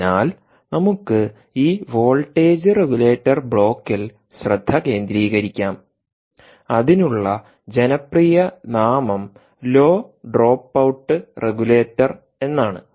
അതിനാൽ നമുക്ക് ഈ വോൾട്ടേജ് റെഗുലേറ്റർ ബ്ലോക്കിൽ ശ്രദ്ധ കേന്ദ്രീകരിക്കാം അതിനുള്ള ജനപ്രിയ നാമം ലോ ഡ്രോപ്പ് ഔട്ട് റെഗുലേറ്റർ എന്നാണ്